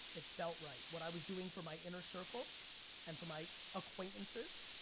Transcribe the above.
it felt right. what i was doing for my inner circle and for my acquaintances,